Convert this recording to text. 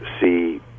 see